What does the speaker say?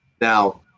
Now